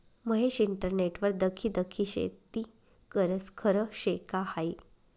महेश इंटरनेटवर दखी दखी शेती करस? खरं शे का हायी